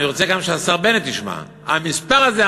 אני רוצה גם שהשר בנט ישמע: המספר הזה,